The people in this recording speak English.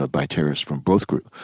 ah by terrorists from both groups,